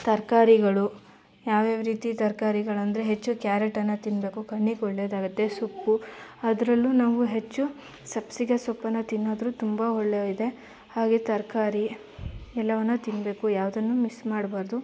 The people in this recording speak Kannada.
ತರಕಾರಿಗಳು ಯಾವ್ಯಾವ ರೀತಿ ತರಕಾರಿಗಳೆಂದ್ರೆ ಹೆಚ್ಚು ಕ್ಯಾರೆಟನ್ನು ತಿನ್ನಬೇಕು ಕಣ್ಣಿಗೆ ಒಳ್ಳೆಯದಾಗುತ್ತೆ ಸೊಪ್ಪು ಅದರಲ್ಲೂ ನಾವು ಹೆಚ್ಚು ಸಬ್ಬಸಿಗೆ ಸೊಪ್ಪನ್ನು ತಿನ್ನೋದರ ತುಂಬ ಒಳ್ಳೆಯದೆ ಹಾಗೆ ತರಕಾರಿ ಎಲ್ಲವನ್ನು ತಿನ್ನಬೇಕು ಯಾವುದನ್ನು ಮಿಸ್ ಮಾಡಬಾರ್ದು